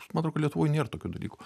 man atrodo kad lietuvoj nėr tokių dalykų